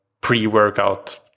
pre-workout